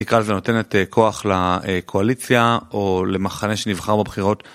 בעיקר זה נותן את כוח לקואליציה או למחנה שנבחר בבחירות.